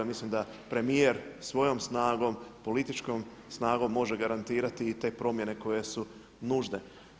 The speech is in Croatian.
I ja mislim da premijer svojom snagom, političkom snagom može garantirati i te promjene koje su nužne.